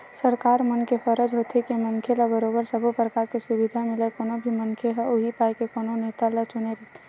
सरकार मन के फरज होथे के मनखे ल बरोबर सब्बो परकार के सुबिधा मिलय कोनो भी मनखे ह उहीं पाय के कोनो नेता ल चुने रहिथे